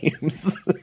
games